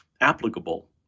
applicable